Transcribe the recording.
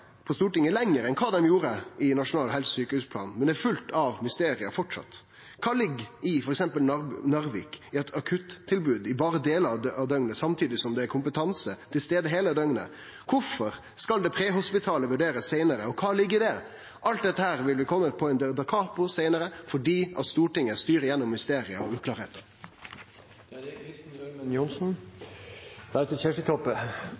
på Stortinget lenger enn kva det gjorde i Nasjonal helse- og sjukehusplan, men det er framleis fullt av mysterium. Kva ligg i, f.eks. i Narvik, akuttilbod berre delar av døgnet samtidig som det er kompetanse til stades heile døgnet? Kvifor skal det prehospitale vurderast seinare, og kva ligg i det? Alt dette vil kome dakapo seinare fordi Stortinget styrer gjennom mysterium og uklarheiter. Bare en liten opplysning. Senterpartiet viser til Nasjonal traumeplan. Det